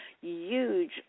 huge